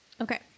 Okay